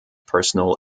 personal